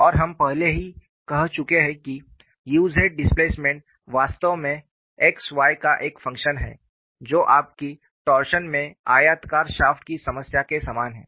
और हम पहले ही कह चुके हैं कि u z डिस्प्लेसमेंट वास्तव में x y का एक फंक्शन है जो आपकी टॉरशन में आयताकार शाफ्ट की समस्या के समान है